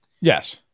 Yes